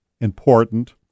important